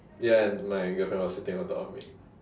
ya and my girlfriend was sitting on top of me